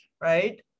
right